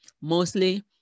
mostly